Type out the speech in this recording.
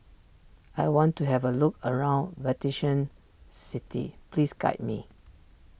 I want to have a look around Vatican City please guide me